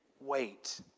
wait